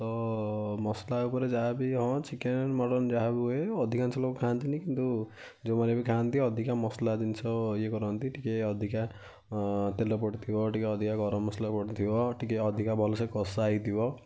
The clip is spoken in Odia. ତ ମସଲା ଉପରେ ଯାହାବି ହଁ ଚିକେନ୍ ମଟନ୍ ଯାହାବି ହୁଏ ଅଧିକାଂଶ ଲୋକ ଖାଆନ୍ତିନି କିନ୍ତୁ ଯେଉଁମାନେ ବି ଖାଆନ୍ତି ଅଧିକା ମସଲା ଜିନିଷ ଇଏ କରନ୍ତି ଟିକେ ଅଧିକା ତେଲ ପଡ଼ିଥିବ ଟିକେ ଅଧିକା ଗରମ ମସଲା ପଡ଼ିଥିବ ଟିକେ ଅଧିକା ଭଲସେ କଷା ହେଇଥିବ